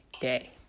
day